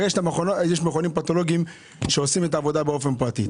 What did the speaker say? יש מכונים פתולוגיים שעושים את העבודה באופן פרטי,